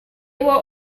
were